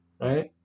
Right